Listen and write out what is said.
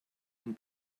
den